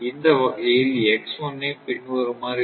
இந்த வகையில் ஐ பின்வருமாறு எழுதலாம்